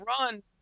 run